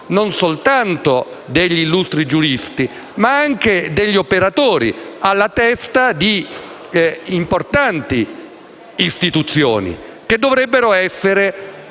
non soltanto degli illustri giuristi, ma anche degli operatori alla testa di importanti istituzioni che dovrebbero essere